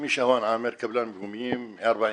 שמי שהואן עאמר, קבלן פיגומים 40 שנה.